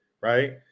Right